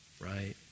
right